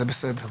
זה בסדר.